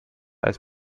als